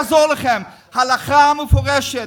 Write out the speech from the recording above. לא יעזור לכם, הלכה מפורשת.